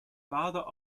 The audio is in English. father